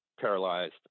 paralyzed